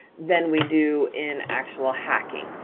than we do in actual hacking.